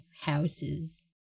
houses